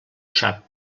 sap